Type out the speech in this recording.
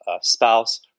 spouse